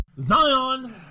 Zion